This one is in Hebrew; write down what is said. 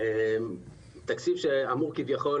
תקציב שאמור כביכול